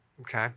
okay